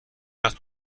است